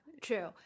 true